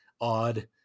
odd